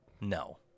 No